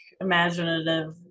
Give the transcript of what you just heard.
imaginative